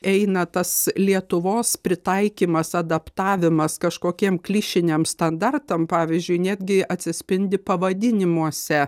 eina tas lietuvos pritaikymas adaptavimas kažkokiem klišiniam standartams pavyzdžiui netgi atsispindi pavadinimuose